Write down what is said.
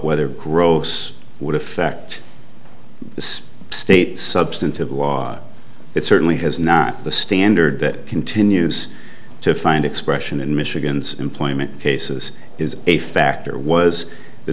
whether gross would affect this state's substantive law it certainly has not the standard that continues to find expression in michigan's employment cases is a factor was the